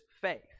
faith